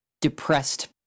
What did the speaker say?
depressed